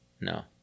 no